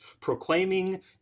proclaiming